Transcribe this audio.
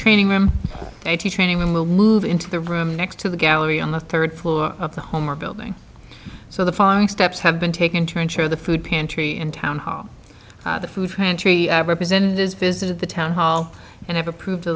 training room a training room will move into the room next to the gallery on the third floor of the home or building so the following steps have been taken to ensure the food pantry in town hall the food franchise representatives visited the town hall and have approved